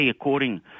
according